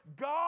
God